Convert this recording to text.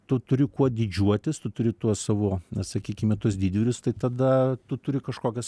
tu turi kuo didžiuotis tu turi tuos savo na sakykime tuos didvyrius tai tada tu turi kažkokias